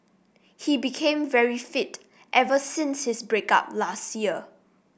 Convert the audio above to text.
he became very fit ever since his break up last year